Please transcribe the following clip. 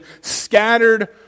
scattered